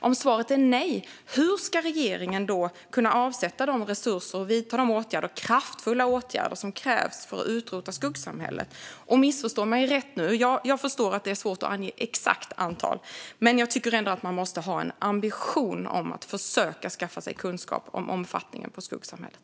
Om svaret är nej, hur ska regeringen kunna avsätta de resurser och vidta de kraftfulla åtgärder som krävs för att utrota skuggsamhället? Och missförstå mig rätt; jag förstår att det är svårt att ange ett exakt antal. Men jag tycker ändå att man måste ha ambitionen att försöka skaffa sig kunskap om omfattningen av skuggsamhället.